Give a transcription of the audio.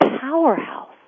powerhouse